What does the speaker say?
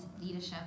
leadership